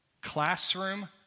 classroom